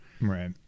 Right